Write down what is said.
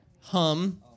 hum